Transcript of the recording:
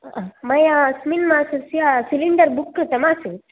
मया अस्मिन् मासस्य सिलेंडर् बुक् कृतम् आसीत्